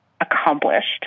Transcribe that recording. accomplished